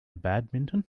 badminton